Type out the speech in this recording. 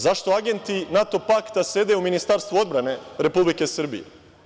Zašto agenti NATO pakta sede u Ministarstvu odbrane Republike Srbije?